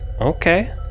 Okay